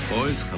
Boys